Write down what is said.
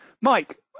Mike